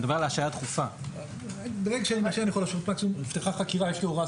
ברגע שנפתחה חקירה יש הוראה